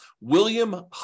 William